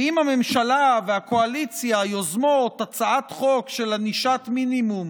ואם הממשלה והקואליציה יוזמות הצעת חוק של ענישת מינימום